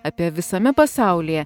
apie visame pasaulyje